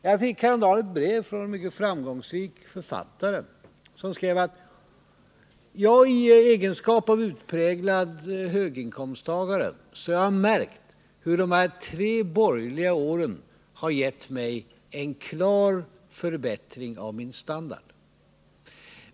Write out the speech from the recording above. Jag fick häromdagen ett brev från en mycket framgångsrik författare, som skrev: I egenskap av utpräglad höginkomsttagare har jag märkt hur de tre borgerliga åren har gett mig en klar förbättring av min standard.